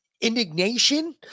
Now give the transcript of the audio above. indignation